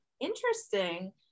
interesting